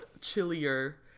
Chillier